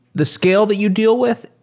the scale that you deal with,